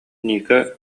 ника